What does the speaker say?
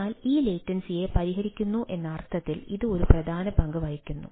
എന്നാൽ ഈ ലേറ്റൻസിയെ പരിഹരിക്കുന്നു എന്ന അർത്ഥത്തിൽ ഇത് ഒരു പ്രധാന പങ്ക് വഹിക്കുന്നു